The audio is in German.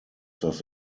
das